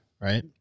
right